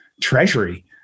treasury